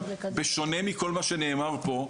בשונה ממה שנאמר פה,